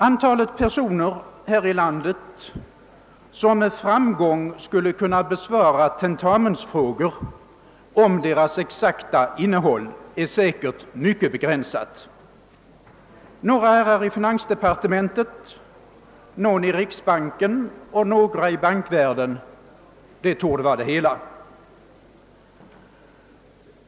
Antalet personer här i landet som med framgång skulle kunna besvara tentamensfrågor om deras exakta innehåll är säkerligen mycket begränsat. Några herrar i finansdepartementet, någon i riksbanken och några i den övriga bankvärlden — det torde vara det hela.